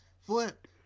Flip